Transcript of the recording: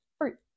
fruit